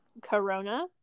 corona